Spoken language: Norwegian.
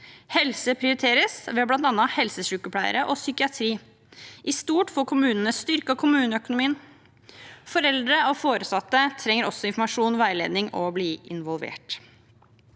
Helse prioriteres ved bl.a. helsesykepleiere og psykiatri. I stort får kommunene styrket kommuneøkonomien. Foreldre og foresatte trenger også informasjon, veiledning og å bli involvert.